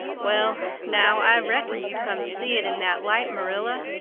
well now, i reckoned you'd come to see it in that light, marilla,